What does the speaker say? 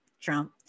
trump